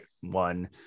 one